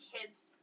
kid's